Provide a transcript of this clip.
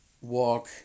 walk